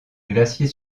glacier